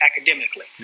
academically